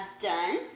done